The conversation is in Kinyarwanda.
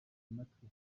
amatwi